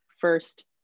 first